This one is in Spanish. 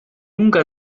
nunca